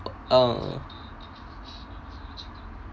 uh